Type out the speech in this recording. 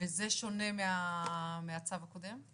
וזה שונה מהצו הקודם?